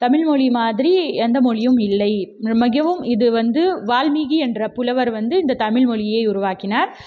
தமிழ் மொழி மாதிரி எந்த மொழியும் இல்லை மிகவும் இது வந்து வால்மீகி என்ற புலவர் வந்து இந்த தமிழ் மொழியை உருவாக்கினார்